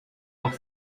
noch